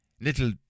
little